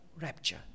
rapture